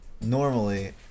normally